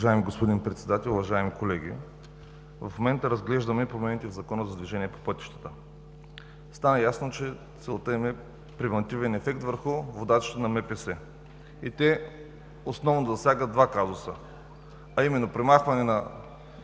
Уважаеми господин Председател, уважаеми колеги! В момента разглеждаме промени в Закона за движение по пътищата. Стана ясно, че целта им е превантивен ефект върху водачите на МПС, и засягат основно два казуса: премахване на